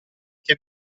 che